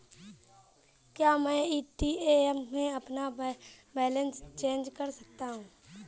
क्या मैं ए.टी.एम में अपना बैलेंस चेक कर सकता हूँ?